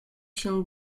się